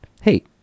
Hey